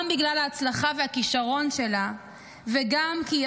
גם בגלל ההצלחה והכישרון שלה וגם כי היא